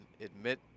admit